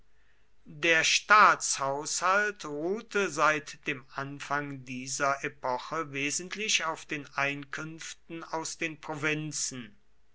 der staatshaushalt ruhte seit dem anfang dieser epoche wesentlich auf den einkünften aus den provinzen